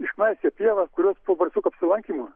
išknaisioja pievas kurios po barsuko apsilankymo